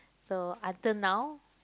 so until now